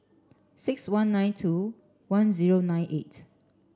six one nine two one zero nine eight